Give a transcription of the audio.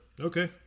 Okay